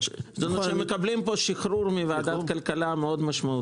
הם מקבלים פה שחרור מוועדת כלכלה, מאוד משמעותי.